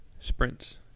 sprints